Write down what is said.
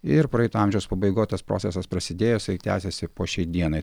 ir praeito amžiaus pabaigoj tas procesas prasidėjo jisai tęsiasi po šiai dienai